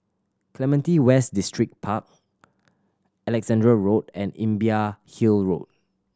Clementi West Distripark Alexandra Road and Imbiah Hill Road